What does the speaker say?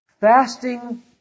Fasting